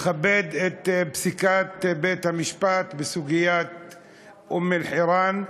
לכבד את פסיקת בית-המשפט בסוגיית אום-אלחיראן,